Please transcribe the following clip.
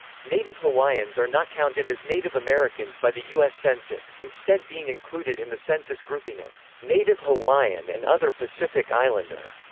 native hawaiians are not counted as native americans by the us census, instead being included in the census grouping of native hawaiian and other pacific islander.